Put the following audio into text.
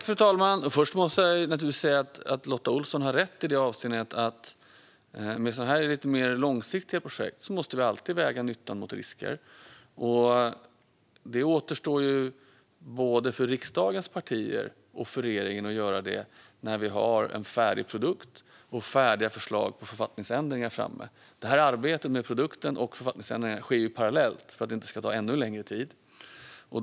Fru talman! Först måste jag säga att Lotta Olsson naturligtvis har rätt i avseendet att i sådana här lite mer långsiktiga projekt måste vi alltid väga nytta mot risker. Det återstår både för riksdagens partier och för regeringen att göra det när vi har en färdig produkt och färdiga förslag till författningsändringar framme. Arbetet med produkten och med författningsändringarna sker parallellt för att det inte ska ta ännu längre tid.